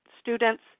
students